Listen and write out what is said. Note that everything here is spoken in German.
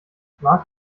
mark